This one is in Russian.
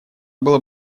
было